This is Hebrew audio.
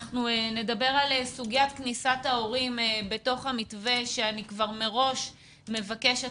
אנחנו נדבר על סוגיית כניסת ההורים בתוך המתווה ואני מראש מבקשת,